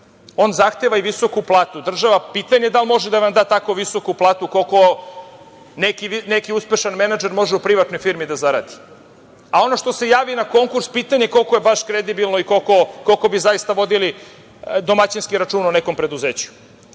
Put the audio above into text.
on zahteva i visoku platu, država, pitanje je da li može da nam da tako visoku platu koliko neki uspešan menadžer može u privatnoj firmi da zaradi. Ono što se javi na konkurs pitanje je koliko je baš kredibilno i koliko bi zaista vodili domaćinski računa o nekom preduzeću. Želim